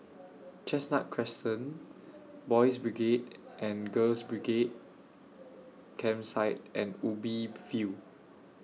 Chestnut Crescent Boys' Brigade and Girls' Brigade Campsite and Ubi View